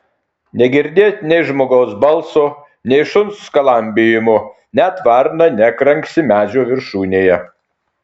negirdėt nei žmogaus balso nei šuns skalambijimo net varna nekranksi medžio viršūnėje